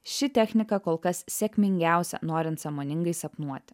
ši technika kol kas sėkmingiausia norint sąmoningai sapnuoti